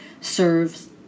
serves